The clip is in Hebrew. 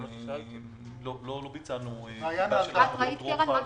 לא ביצענו בדיקה של השלכות רוחב